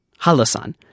Halasan